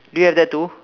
do you have that too